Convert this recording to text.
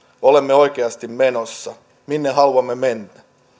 olemme oikeasti menossa minne haluamme mennä